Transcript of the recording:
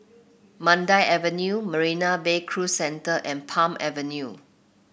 Mandai Avenue Marina Bay Cruise Centre and Palm Avenue